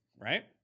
right